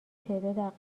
تعداد